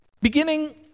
Beginning